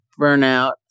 burnout